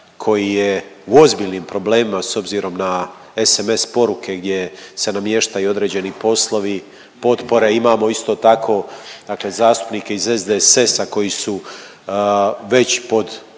koji je u ozbiljnim problemima s obzirom na SMS poruke gdje se namještaju određeni poslovi i potpore, imamo isto tako dakle zastupnike iz SDSS-a koji su već pod